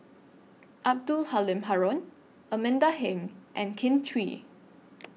Abdul Halim Haron Amanda Heng and Kin Chui